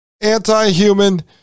anti-human